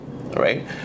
right